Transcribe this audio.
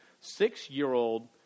six-year-old